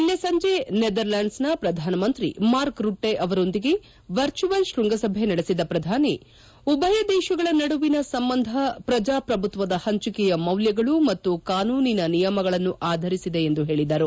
ನಿನ್ನೆ ಸಂಜೆ ನೆದರ್ಲೆಂಡ್ಸ್ ನ ಪ್ರಧಾನ ಮಂತ್ರಿ ಮಾರ್ಕ್ ರುಟ್ಲೆ ಅವರೊಂದಿಗೆ ವರ್ಚುವಲ್ ಶ್ಬಂಗಸಭೆ ನಡೆಸಿದ ಪ್ರಧಾನಿ ಉಭಯ ದೇಶಗಳ ನಡುವಿನ ಸಂಬಂಧ ಪ್ರಜಾಪ್ರಭುತ್ತದ ಹಂಚಿಕೆಯ ಮೌಲ್ಲಗಳು ಮತ್ತು ಕಾನೂನಿನ ನಿಯಮಗಳನ್ನು ಆಧರಿಸಿದೆ ಎಂದು ಹೇಳಿದರು